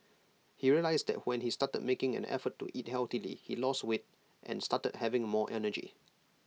he realised that when he started making an effort to eat healthily he lost weight and started having more energy